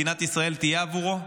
מדינת ישראל תהיה שם עבורו.